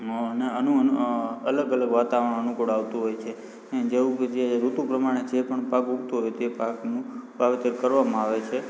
અન અન અલગ અલગ વાતાવરણ અનુકૂળ આવતું હોય છે જેવું કે જે ઋતુ પ્રમાણે જે પણ પાક ઊગતો હોય એ પાકનું વાવેતર કરવામાં આવે છે